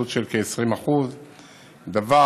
קיצוץ של כ-20% דבר,